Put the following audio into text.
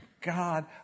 God